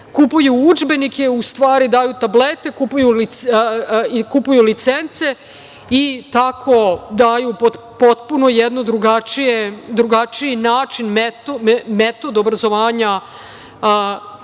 kupuju udžbenike, u stvari, daju tablete, kupuju licence i tako daju potpuno jedan drugačiji način, metod obrazovanja svojim